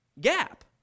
gap